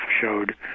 showed